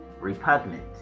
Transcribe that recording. repugnant